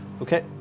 Okay